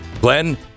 glenn